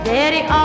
Daddy